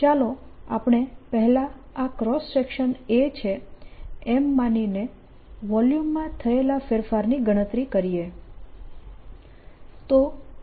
ચાલો આપણે પહેલા આ ક્રોસ સેક્શન A છે એમ માનીને વોલ્યુમમાં થયેલા ફેરફારની ગણતરી કરીએ